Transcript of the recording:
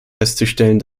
festzustellen